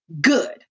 Good